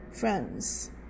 Friends